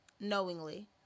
knowingly